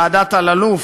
ועדת אלאלוף?